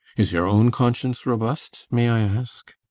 is your own conscience robust, may i ask?